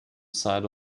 side